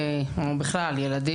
או בכלל ילדים,